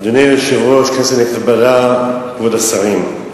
אדוני היושב-ראש, כנסת נכבדה, כבוד השרים,